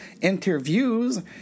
interviews